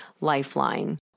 Lifeline